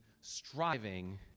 striving